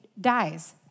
dies